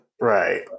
Right